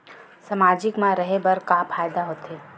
सामाजिक मा रहे बार का फ़ायदा होथे?